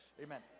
Amen